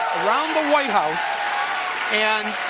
around the white house and